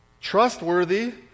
trustworthy